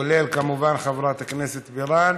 כולל, כמובן, חברת הכנסת בירן.